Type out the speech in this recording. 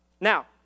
Now